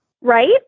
Right